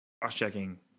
cross-checking